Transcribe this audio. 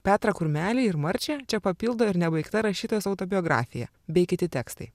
petrą kurmelį ir marčią čia papildo ir nebaigta rašytojos autobiografija bei kiti tekstai